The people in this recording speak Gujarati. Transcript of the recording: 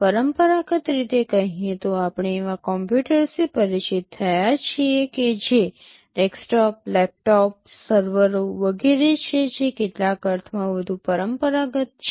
પરંપરાગત રીતે કહીએ તો આપણે એવા કમ્પ્યુટર્સથી પરિચિત થયા છીએ કે જે ડેસ્કટોપ લેપટોપ સર્વરો વગેરે છે જે કેટલાક અર્થમાં વધુ પરંપરાગત છે